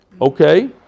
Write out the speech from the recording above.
Okay